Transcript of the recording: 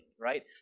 right